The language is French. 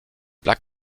black